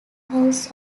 house